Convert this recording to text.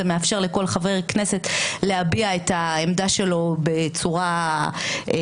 זה מאפשר לכל חבר כנסת להביע את העמדה שלו בצורה סדורה,